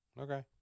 Okay